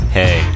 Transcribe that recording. Hey